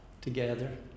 together